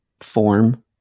form